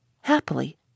Happily